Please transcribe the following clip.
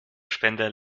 spender